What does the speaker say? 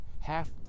Half